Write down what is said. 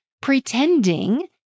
pretending